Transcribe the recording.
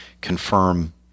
confirm